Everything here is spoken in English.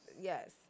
Yes